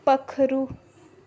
पक्खरू